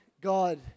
God